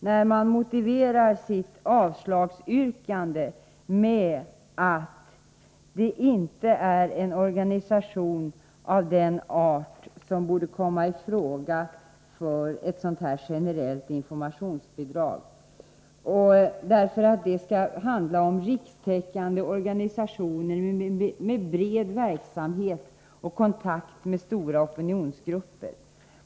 Moderaterna motiverar sitt avslagsyrkande med att Afro-Art inte är en organisation av den art som bör komma i fråga för ett sådant här generellt informationsbidrag, eftersom det skall handla om ”rikstäckande organisationer med bred verksamhet och kontakt med stora opinionsgrupper”.